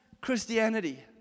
Christianity